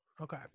Okay